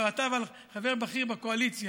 לא, אבל אתה חבר בכיר בקואליציה.